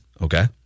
Okay